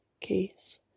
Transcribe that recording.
case